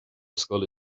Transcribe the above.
scoil